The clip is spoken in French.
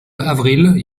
avril